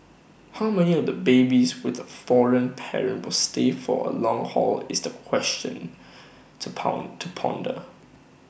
how many of the babies with A foreign parent will stay for A long haul is the question to pound to ponder